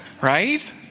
Right